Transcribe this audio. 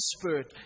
Spirit